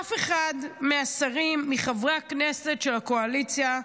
ואף אחד מהשרים, מחברי הכנסת של הקואליציה,